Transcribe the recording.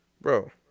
Bro